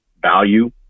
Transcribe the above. value